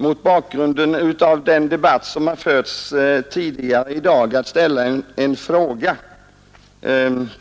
Mot bakgrund av den debatt som förts tidigare i dag är det intressant att ställa en fråga